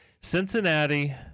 Cincinnati